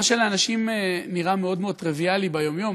מה שלאנשים נראה מאוד מאוד טריוויאלי ביום-יום,